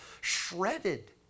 shredded